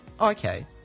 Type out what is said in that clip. Okay